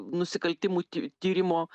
nusikaltimų ty tyrimo